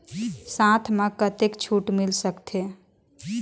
साथ म कतेक छूट मिल सकथे?